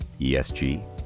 ESG